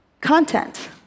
content